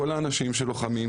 כל האנשים שלוחמים,